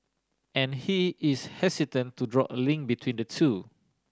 and he is hesitant to draw a link between the two